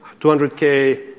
200K